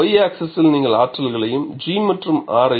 Y axis நீங்கள் ஆற்றல்களையும் G மற்றும் R